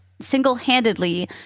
single-handedly